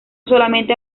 solamente